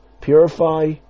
purify